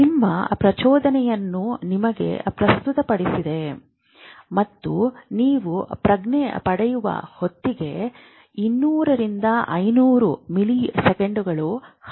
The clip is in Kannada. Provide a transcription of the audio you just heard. ನಿಮ್ಮ ಪ್ರಚೋದನೆಯನ್ನು ನಿಮಗೆ ಪ್ರಸ್ತುತಪಡಿಸಿದರೆ ಮತ್ತು ನೀವು ಪ್ರಜ್ಞೆ ಪಡೆಯುವ ಹೊತ್ತಿಗೆ 200 ರಿಂದ 500 ಮಿಲಿಸೆಕೆಂಡುಗಳು ಹಾದುಹೋಗುತ್ತವೆ